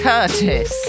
Curtis